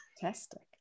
Fantastic